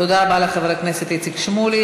תודה רבה לחבר הכנסת איציק שמולי.